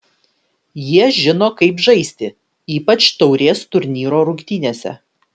jie žino kaip žaisti ypač taurės turnyro rungtynėse